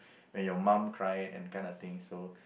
where your mum cried and kind of thing so